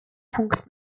punkt